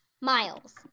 Miles